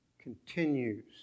continues